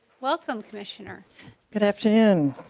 welcome commissioner good afternoon.